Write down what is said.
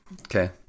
Okay